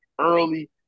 early